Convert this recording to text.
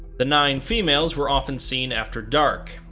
the nine females were often seen after dark,